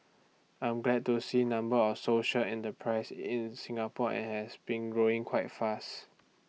I'm glad to see number of social enterprises in Singapore and has been growing quite fast